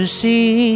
see